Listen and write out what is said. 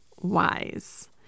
wise